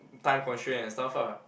time constraint and stuff ah